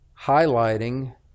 highlighting